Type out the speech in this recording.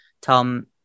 Tom